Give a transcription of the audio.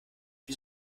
wie